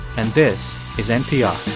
and this is npr